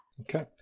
Okay